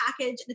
package